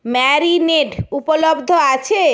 marinade উপলব্ধ আছে